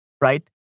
right